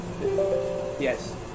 Yes